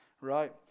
right